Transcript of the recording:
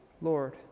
Lord